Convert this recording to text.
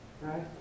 right